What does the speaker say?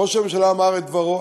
ראש הממשלה אמר את דברו.